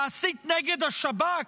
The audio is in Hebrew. להסית נגד השב"כ,